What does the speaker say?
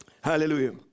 Hallelujah